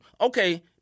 Okay